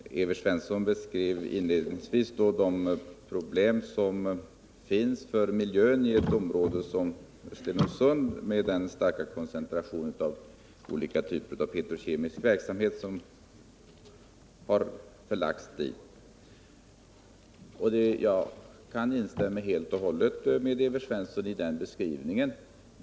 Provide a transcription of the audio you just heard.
Herr talman! Evert Svensson beskrev inledningsvis de miljöproblem som finns i ett område som Stenungsund med dess starka koncentration av olika typer av petrokemisk verksamhet. Jag kan instämma helt och hållet med Evert Svensson i den beskrivningen.